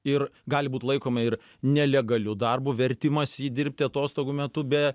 ir gali būt laikoma ir nelegaliu darbu vertimas jį dirbti atostogų metu be